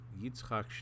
Yitzchak